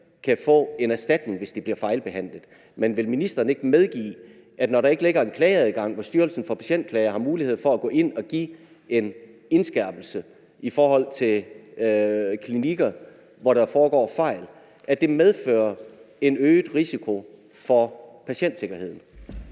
kan få en erstatning, hvis de bliver fejlbehandlet, men vil ministeren ikke medgive, at når der ikke er en klageadgang, hvor Styrelsen for Patientklager har mulighed for at gå ind og give en indskærpelse over for klinikker, hvor der foregår fejl, så medfører det en øget risiko for patientsikkerheden?